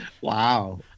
Wow